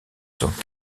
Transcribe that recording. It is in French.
sont